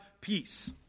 peace